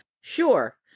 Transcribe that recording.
Sure